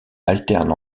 alterne